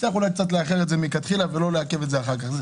אפשר לעכב את זה מלכתחילה ולא לעכב אחר כך.